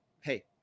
hey